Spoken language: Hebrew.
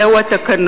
זה מתאים